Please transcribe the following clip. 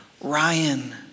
Ryan